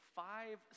five